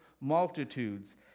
multitudes